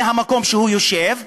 מהמקום שהוא יושב בו,